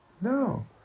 No